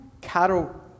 cattle